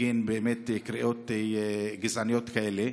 בגין קריאות גזעניות כאלה.